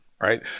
right